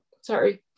sorry